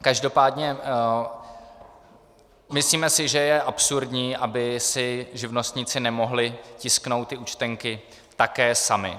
Každopádně si myslíme, že je absurdní, aby si živnostníci nemohli tisknout ty účtenky také sami.